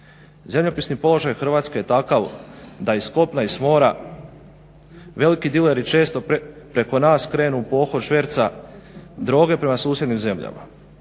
Zemljopisni položaj Hrvatske je takav da iz kopna i s mora veliki dileri često preko nas krenu pohod šverca droge prema susjednim zemljama.